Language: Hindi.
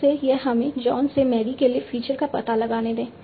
फिर से यह हमें जॉन से मैरी के लिए फीचर का पता लगाने दें